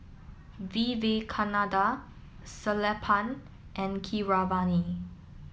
Vivekananda Sellapan and Keeravani